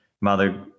mother